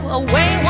away